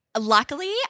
Luckily